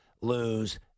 lose